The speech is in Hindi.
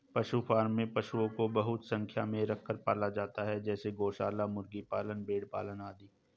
पशु फॉर्म में पशुओं को बहुत संख्या में रखकर पाला जाता है जैसे गौशाला, मुर्गी पालन, भेड़ पालन आदि